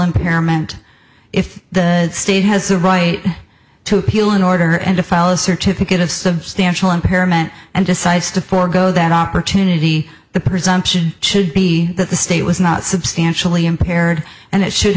impairment if the state has a right to appeal in order and to file a certificate of substantial impairment and decides to forego that opportunity the presumption should be that the state was not substantially impaired and it should